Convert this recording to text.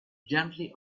gently